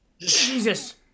Jesus